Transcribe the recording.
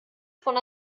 von